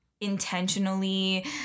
intentionally